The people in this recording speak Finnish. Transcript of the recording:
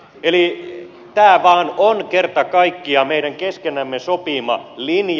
eli tämä vain on kerta kaikkiaan meidän keskenämme sopima linja